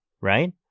Right